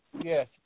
Yes